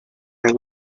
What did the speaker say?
are